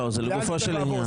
לא, זה לגופו של עניין.